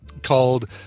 called